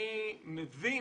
אני מבין,